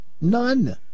None